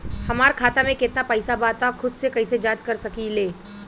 हमार खाता में केतना पइसा बा त खुद से कइसे जाँच कर सकी ले?